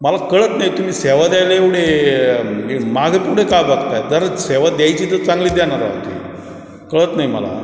मला कळत नाही तुम्ही सेवा द्यायला एवढे मागे पुढे काय बघताय जर सेवा द्यायची तर चांगली द्या ना राव ती कळत नाही मला